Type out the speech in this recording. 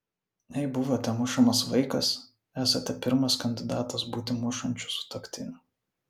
jei buvote mušamas vaikas esate pirmas kandidatas būti mušančiu sutuoktiniu